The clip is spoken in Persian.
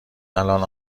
الان